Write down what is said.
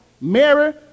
Mary